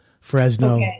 Fresno